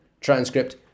transcript